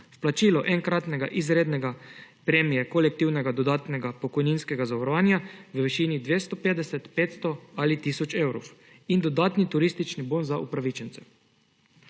vplačilo enkratne izredne premije kolektivnega dodatnega pokojninskega zavarovanja v višini 250, petsto ali tisoč evrov in dodaten turistični bon za upravičence.